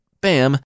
bam